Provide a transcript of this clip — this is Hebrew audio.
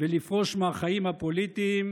ולפרוש מהחיים הפוליטיים,